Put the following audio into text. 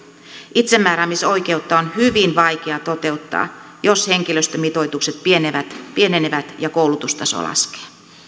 itsemääräämisoikeutta on hyvin vaikea toteuttaa jos henkilöstömitoitukset pienenevät pienenevät ja koulutustaso laskee